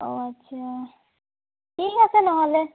অঁ আচ্ছা ঠিক আছে নহ'লে